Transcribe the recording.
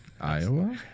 Iowa